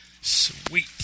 sweet